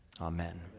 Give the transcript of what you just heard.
Amen